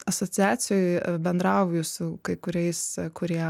asociacijoje bendrauju su kai kuriais kurie